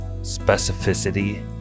specificity